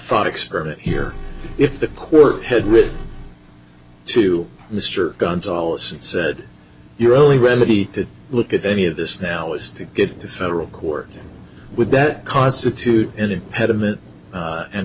thought experiment here if the court had written to mr gonzales and said your only remedy to look at any of this now is to get to federal court would that constitute an impediment